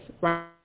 right